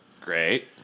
Great